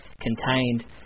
contained